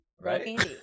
right